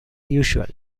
usual